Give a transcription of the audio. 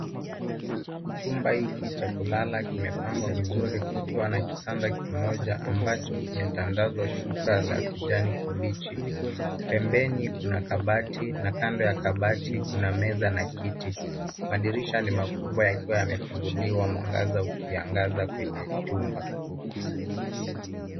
Chumba hiki cha kulala kimepangwa vizuri kikiwa na kitanda kimoja ambacho kimetandazwa shuka la kijani kibichi. pembeni kuna kabati na kando ya kabati kuna meza na kiti. madirisha ni makubwa yakiwa yamefunguliwa mwangaza ukiangaza kwenye chumba.